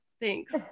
thanks